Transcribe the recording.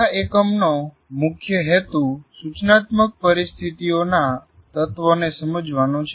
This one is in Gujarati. આ એકમનો મુખ્ય હેતુ સૂચનાત્મક પરિસ્થિતિઓના તત્વોને સમજવાનો છે